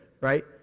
right